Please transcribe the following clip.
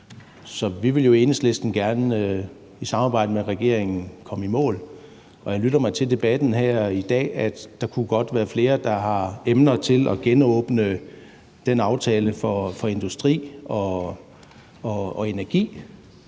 Så vi vil jo i Enhedslisten gerne i samarbejde med regeringen komme i mål, og jeg lytter mig til debatten i dag, at der godt kunne være flere, der har emner til at genåbne aftalen for industri og energi,